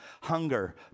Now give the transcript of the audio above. Hunger